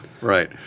Right